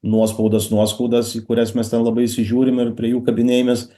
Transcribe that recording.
nuospaudas nuoskaudas į kurias mes ten labai įsižiūrim ir prie jų kabinėjamės